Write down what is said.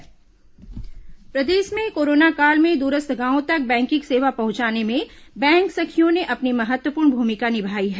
हमर ग्राम सभा प्रदेश में कोरोना काल में दूरस्थ गांवों तक बैंकिंग सेवा पहुंचाने में बैंक सखियों ने अपनी महत्वपूर्ण भूमिका निभाई है